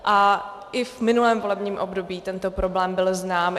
A i v minulém volebním období tento problém byl znám.